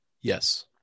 Yes